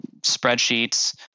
spreadsheets